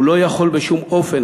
הוא לא יוכל בשום אופן,